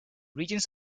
regions